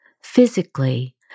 physically